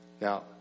Now